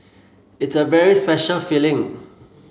it's a very special feeling